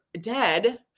dead